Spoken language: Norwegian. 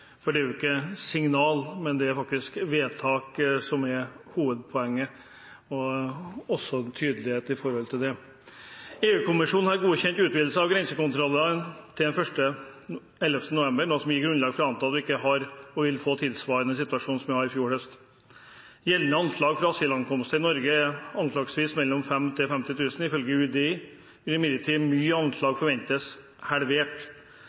For det er jo ikke signaler, det er vedtak som er hovedpoenget, og også tydelighet knyttet til det. EU-kommisjonen har godkjent utvidelse av grensekontrollene fram til den 11. november, noe som gir grunnlag for å anta at vi ikke vil få en situasjon tilsvarende den vi hadde i fjor høst. Gjeldende anslag for antall asylankomster til Norge er 5 000–50 000, ifølge UDI. Imidlertid forventes anslaget halvert.